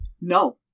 No